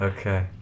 Okay